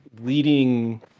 leading